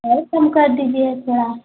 और कम कर दीजिए थोड़ा